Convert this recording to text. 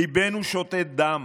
ליבנו שותת דם